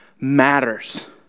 matters